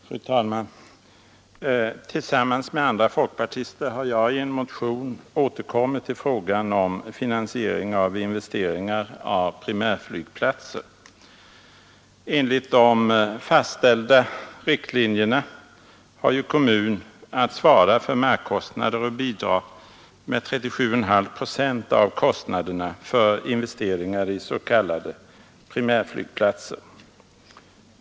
Fru talman! Tillsammans med andra folkpartister har jag i en motion återkommit till frågan om finansiering av investeringar i primärflygplatser. Enligt de fastställda linjerna har kommun att svara för markkostnader och bidra med 37,5 procent av kostnaderna för investeringar i s.k. primärflygplatser.